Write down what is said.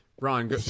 ron